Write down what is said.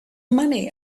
money